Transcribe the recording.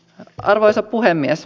arvoisa puhemies